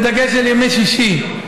בדגש על ימי שישי,